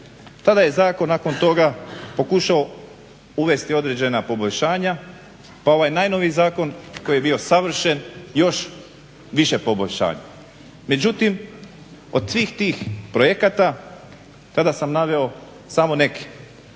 Tada je zakon nakon toga pokušao uvesti određena poboljšanja pa ovaj najnoviji zakon koji je bio savršen još više poboljšanja. Međutim, od svih tih projekata tada sam naveo samo neke koji